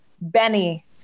Benny